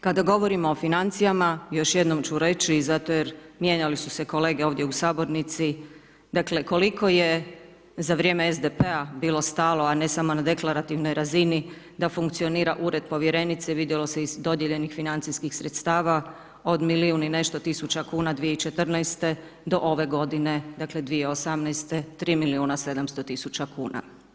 Kada govorimo o financijama, još jednom ću reći, i zato jer mijenjali su se kolege ovdje u Sabornici, dakle, koliko je za vrijeme SDP-a bilo stalo, a ne samo na deklarativnoj razini, da funkcionira Ured povjerenice, vidjelo se iz dodijeljenih financijskih sredstava od milijun i nešto tisuća kuna, 2014., do ove godine, dakle 2018., 3 milijuna 700 000 kuna.